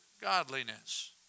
godliness